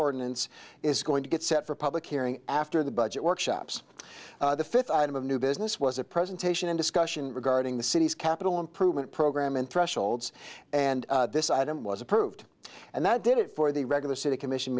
ordinance is going to get set for public hearing after the budget workshops the fifth item of new business was a presentation in discussion regarding the city's capital improvement program and thresholds and this item was approved and that did it for the regular city commission